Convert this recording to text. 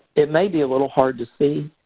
it may be a little hard to see,